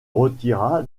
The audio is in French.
retira